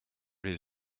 les